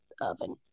oven